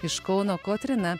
iš kauno kotryna